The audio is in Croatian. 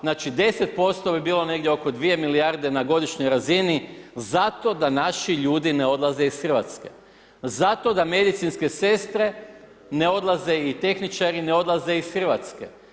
Znači 10% bi bilo negdje oko 2 milijarde na godišnjoj razini zato da naši ljudi ne odlaze iz Hrvatske, zato da medicinske sestre ne odlaze i tehničari ne odlaze iz Hrvatske.